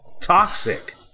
toxic